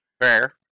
Fair